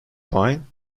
pine